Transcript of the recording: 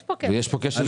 יש פה כשל שוק.